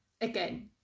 again